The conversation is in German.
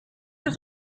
ist